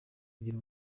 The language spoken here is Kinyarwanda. kugira